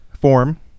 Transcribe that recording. form